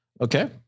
Okay